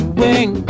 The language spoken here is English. wing